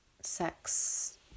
sex